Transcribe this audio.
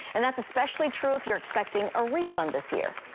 and that's especially true if you're expecting a refund this year.